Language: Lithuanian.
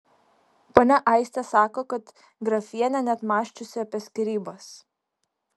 ponia aistė sako kad grafienė net mąsčiusi apie skyrybas